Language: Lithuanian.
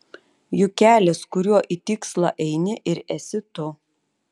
juk kelias kuriuo į tikslą eini ir esi tu